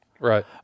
Right